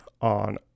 on